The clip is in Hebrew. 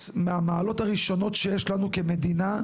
מהמעלות הראשונות שיש לנו כמדינה.